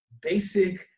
basic